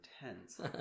intense